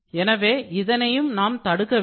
எனவே இதனையும் நாம் தடுக்க வேண்டும்